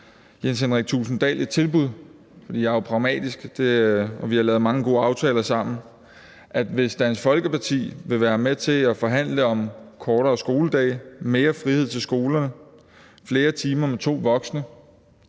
Jens Henrik Thulesen Dahl et tilbud – for jeg er jo pragmatisk, og vi har lavet mange gode aftaler sammen – om, at hvis Dansk Folkeparti vil være med til at forhandle om kortere skoledage, mere frihed til skolerne, flere timer med to voksne,